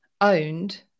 owned